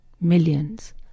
millions